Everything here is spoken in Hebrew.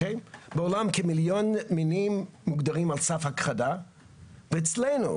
בעולם כמיליון מינים מוגדרים על סף הכחדה ואצלנו,